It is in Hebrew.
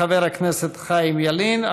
חבר הכנסת חיים ילין,